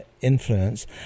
influence